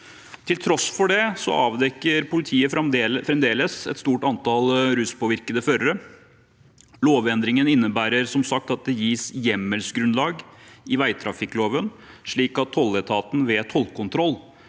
Til tross for det avdekker politiet fremdeles et stort antall ruspåvirkede førere. Lovendringen innebærer som sagt at det gis hjemmelsgrunnlag i veitrafikkloven slik at tolletaten ved tollkontroll